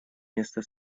места